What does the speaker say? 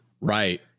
Right